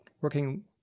working